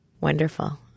Wonderful